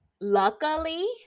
luckily